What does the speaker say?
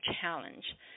challenge